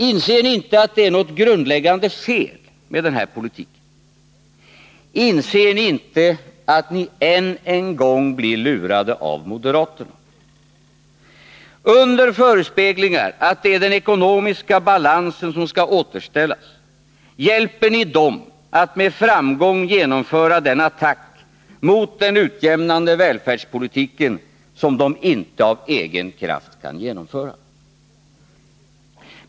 Inser ni inte att det är något grundläggande fel med den här politiken? Inser ni inte att ni än en gång blir lurade av moderaterna? Under förespeglingar att det är den ekonomiska balansen som skall återställas, hjälper ni dem att med framgång genomföra den attack mot den utjämnande välfärdspolitiken som de inte av egen kraft kan genomföra.